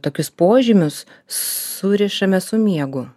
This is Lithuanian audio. tokius požymius surišame su miegu